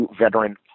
veteran